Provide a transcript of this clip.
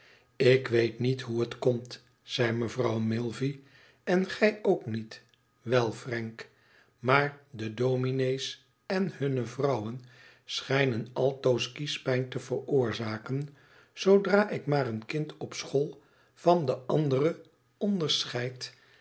ik weet niet hoe het komt zei mevrouw milvey en y ook niet wel frank maar de dominé s en hunne vrouwen schijnen altoos kiespijn te veroorzaken zoodra ik maar een kind op school van de anderen onder